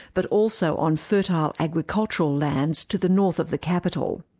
but also on fertile agricultural lands to the north of the capital.